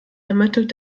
ermittelt